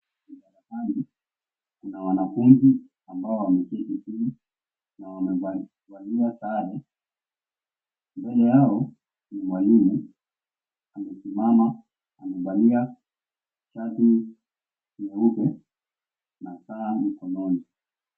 Darasani kuna wanafunzi ambao wameketi chini na wamevalia sare. Mbele yao ni mwalimu aliyesimama, amevalia shati nyeupe na saa mkononi.